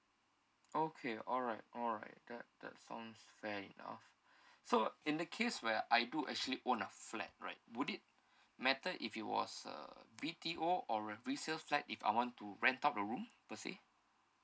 okay alright alright that that sounds fair enough so in the case where I do actually own a flat right would it matter if it was a B_T_O or a resale flat if I want to rent out the room per se